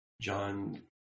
John